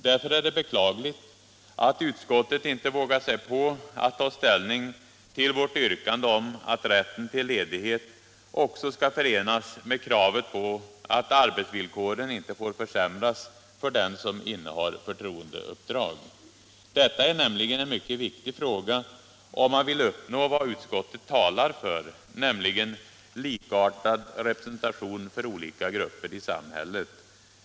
Därför är det beklagligt att utskottet inte vågat sig på att ta ställning till vårt yrkande att rätten till ledighet skall förenas med kravet på att arbetsvillkoren inte får försämras för den som innehar förtroendeuppdrag. Detta är en mycket viktig fråga om man vill uppnå vad utskottet talar för, nämligen likartad representation för olika grupper i samhället.